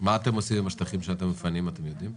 מה אתם עושים עם השטחים שאתם מפנים, אתם יודעים?